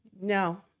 No